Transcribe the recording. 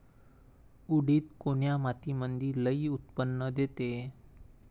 उडीद कोन्या मातीमंदी लई उत्पन्न देते?